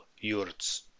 yurts